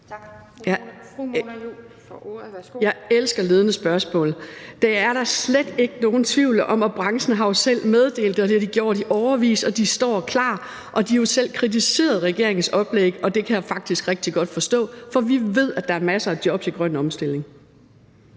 Jeg elsker ledende spørgsmål. Det er der slet ikke nogen tvivl om, og branchen har jo selv meddelt det, og det har de gjort i årevis. De står klar, og de har jo selv kritiseret regeringens oplæg, og det kan jeg faktisk rigtig godt forstå, for vi ved, at der er masser af job i grøn omstilling.